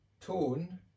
tone